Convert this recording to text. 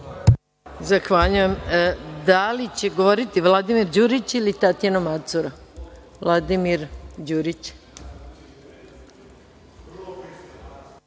Zahvaljujem. Da li će govoriti Vladimir Đurić ili Tatjana Macura? Vladimir Đurić,